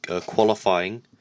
qualifying